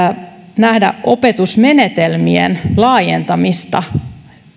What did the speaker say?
nähdä opetusmenetelmien laajentamista